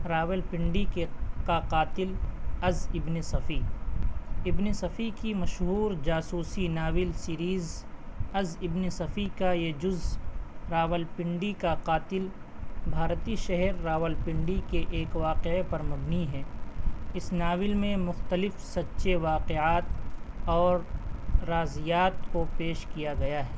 راول پنڈی کے کا قاتل از ابن صفی ابن صفی کی مشہور جاسوسی ناول سیریز از ابن صفی کا یہ جزء راول پنڈی کا قاتل بھارتیہ شہر راول پنڈی کے ایک واقعے پر مبنی ہے اس ناول میں مختلف سچے واقعات اور رازیات کو پیش کیا گیا ہے